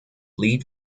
lead